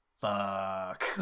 fuck